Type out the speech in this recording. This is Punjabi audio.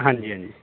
ਹਾਂਜੀ ਹਾਂਜੀ